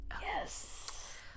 Yes